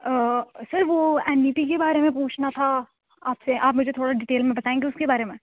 sir वो NET के बारै में पुच्छना था अच्छा आप मुझे थोह्ड़ा डिटेल में बतायेंगे उसके बारे में